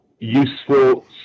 useful